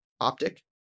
Optic